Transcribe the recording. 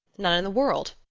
none in the world.